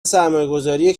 سرمایهگذاری